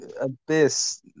abyss